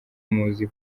muzi